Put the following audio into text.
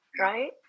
right